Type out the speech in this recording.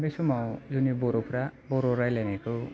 बे समाव जोंनि बर'फ्रा बर' रायलायनायखौ